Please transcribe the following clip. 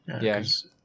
yes